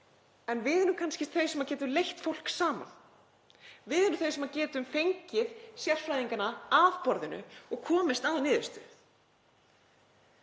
en við erum kannski þau sem geta leitt fólk saman. Við erum þau sem geta fengið sérfræðingana að borðinu og komist að niðurstöðu.